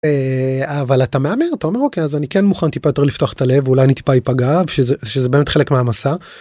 אבל אתה מהמר, אתה אומר, אוקיי, אז אני כן מוכן טיפה יותר לפתוח את הלב אולי אני טיפה יפגע שזה באמת חלק מהמסע.